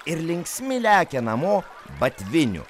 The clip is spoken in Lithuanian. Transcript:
ir linksmi lekia namo batviniu